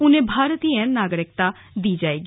उन्हें भारतीय नागरिकता दी जाएगी